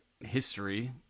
history